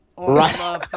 Right